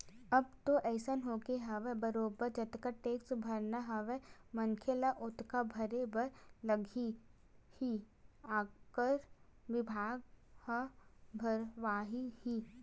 अब तो अइसे होगे हवय बरोबर जतका टेक्स भरना हवय मनखे ल ओतका भरे बर लगही ही आयकर बिभाग ह भरवाही ही